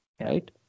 right